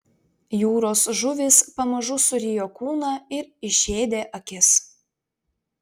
jūros žuvys pamažu surijo kūną ir išėdė akis